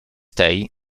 tej